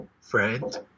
Friend